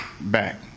back